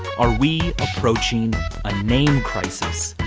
are we approaching a name crisis?